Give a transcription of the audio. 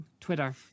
Twitter